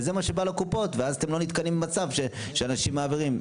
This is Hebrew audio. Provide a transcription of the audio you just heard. וזה מה שבא לקופות ואז אתם לא נתקלים במצב שאנשים מעבירים.